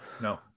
No